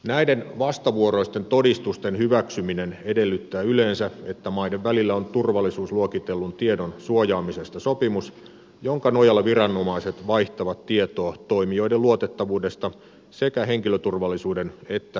näiden vastavuoroisten todistusten hyväksyminen edellyttää yleensä että maiden välillä on turvallisuusluokitellun tiedon suojaamisesta sopimus jonka nojalla viranomaiset vaihtavat tietoa toimijoiden luotettavuudesta sekä henkilöturvallisuuden että yritysturvallisuuden osalta